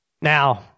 now